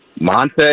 Monte